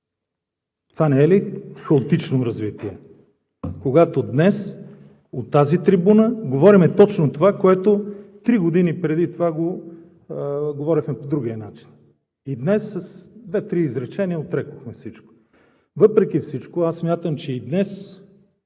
Това не е ли хаотично развитие, когато днес, от тази трибуна, говорим точно това, което три години преди това го говорихме по другия начин, и днес с две-три изречения отрекохме всичко?! Въпреки всичко аз смятам, че и днес